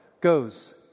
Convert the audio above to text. goes